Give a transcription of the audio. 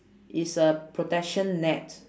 is a protection net